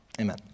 amen